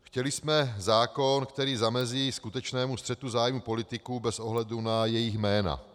Chtěli jsme zákon, který zamezí skutečnému střetu zájmu politiků bez ohledu na jejich jména.